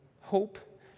hope